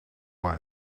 why